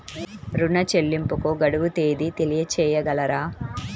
ఋణ చెల్లింపుకు గడువు తేదీ తెలియచేయగలరా?